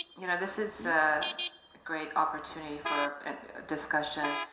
you know this is a great opportunity for discussion